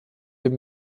dem